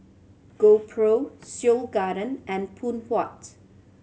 GoPro Seoul Garden and Phoon Huat